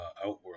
Outworld